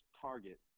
target